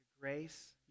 grace